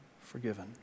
forgiven